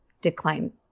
decline –